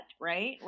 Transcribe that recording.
right